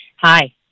Hi